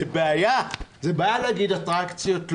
זה בעיה להגיד: אטרקציות לא.